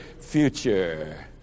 future